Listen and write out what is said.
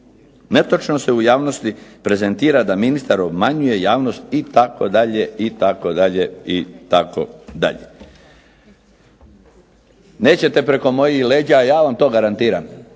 netočno se u javnosti prezentira da ministar obmanjuje javnost itd., itd., itd. Nećete preko mojih leđa, ja vam to garantiram,